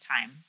time